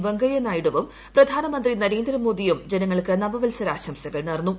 വെങ്കയ്യനായിഡുവും പ്രധാനമന്ത്രി നരേന്ദ്രമോദിയും ജനങ്ങൾക്ക് നവവത്സര ആശംസകൾ നേർന്നു